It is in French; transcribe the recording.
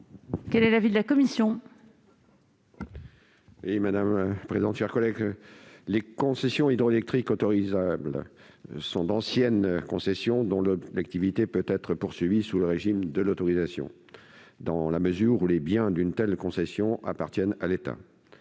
Quel est l'avis de la commission